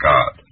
God